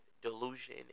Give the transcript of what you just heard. delusion